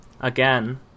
again